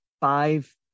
five